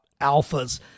alphas